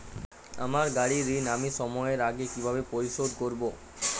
আমার গাড়ির ঋণ আমি সময়ের আগে কিভাবে পরিশোধ করবো?